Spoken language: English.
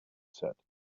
said